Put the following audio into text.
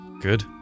good